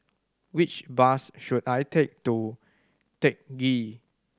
which bus should I take to Teck Ghee